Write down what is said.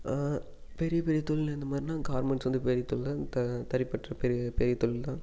பெரிய பெரிய தொழில் இந்த மாதிரின்னா கார்மெண்ட்ஸ் வந்து பெரிய தொழில் த தறிப்பட்டற பெரிய பெரிய தொழில்தான்